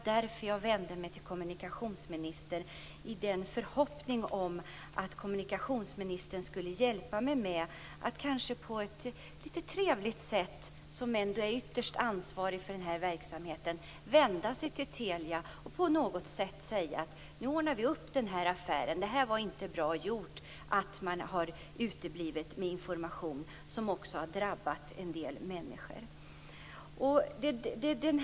Därför vände jag mig till kommunikationsministern, i hopp om att hon, som ändå ytterst är ansvarig för den här verksamheten, skulle hjälpa mig med att kanske på ett litet trevligt sätt säga till Telia: Nu ordnar vi upp den här affären, för det var inte bra att utebli med information, vilket drabbat en del människor.